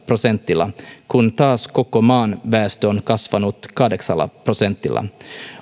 prosentilla kun taas koko maan väestö on kasvanut kahdeksalla prosentilla